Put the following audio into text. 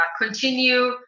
continue